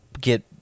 get